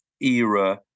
era